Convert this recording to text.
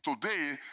today